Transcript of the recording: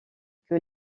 que